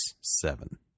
seven